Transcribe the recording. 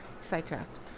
sidetracked